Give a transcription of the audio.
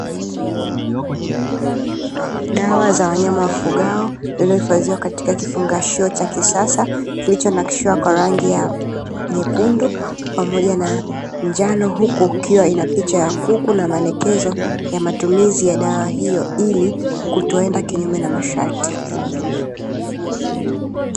Dawa za wanyama wafugwao zilizohifadhiwa katika kifungashio cha kisasa kilichonakishiwa kwa rangi nyekundu pamoja na njano, huku ikiwa na picha ya kuku na maelekezo ya matumizi ya dawa hiyo ili kutoenda kinyume na masharti.